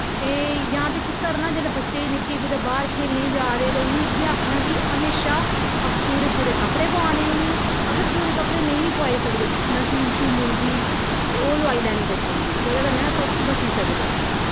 ते जां ते केह् करना जेह्लले बच्चे निक्के कूदे बाह्र खेलने जा दे उनेंगी इ'यै आक्खना की म्हेशा पूरे पुरे कपड़े पोआने उनेंगी अगर पुरे कपड़े नेईं पोआई सकदे टयूब श्युब मिलदी ओह् लोआई लेनी बच्चे दी जेह्दे कन्नै तुस बची सकदे